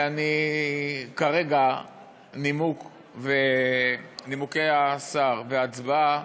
כרגע נימוקי השר וההצבעה,